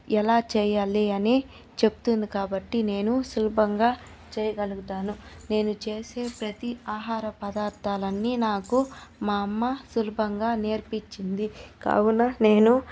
ఎలా చేయాలి అని చెప్తుంది కాబట్టి నేను సులభంగా చేయగలుగుతాను నేను చేసే ప్రతి ఆహార పదార్థాలన్నీ నాకు మా అమ్మ సులభంగా నేర్పించింది కావున నేను